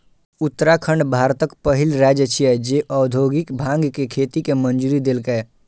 उत्तराखंड भारतक पहिल राज्य छियै, जे औद्योगिक भांग के खेती के मंजूरी देलकै